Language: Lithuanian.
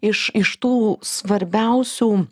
iš iš tų svarbiausių